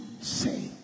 say